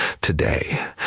today